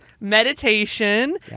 meditation